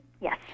Yes